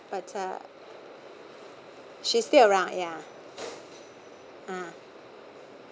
but uh she's still around ya uh